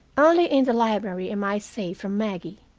only in the library am i safe from maggie.